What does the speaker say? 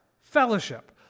fellowship